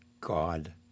God